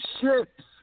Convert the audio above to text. ships